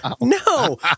No